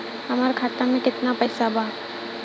हमार खाता मे केतना पैसा बा?